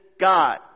God